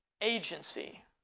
agency